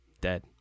dead